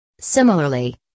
Similarly